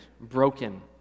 broken